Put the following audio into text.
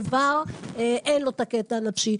שלאיבר אין את הקטע הנפשי,